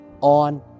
on